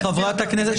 שקט.